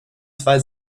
zwei